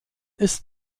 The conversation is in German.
ist